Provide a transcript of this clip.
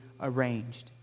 arranged